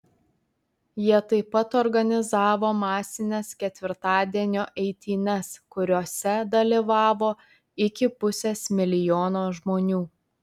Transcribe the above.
jie taip pat organizavo masines ketvirtadienio eitynes kuriose dalyvavo iki pusės milijono žmonių